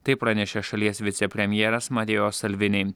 tai pranešė šalies vicepremjeras matėjo salvini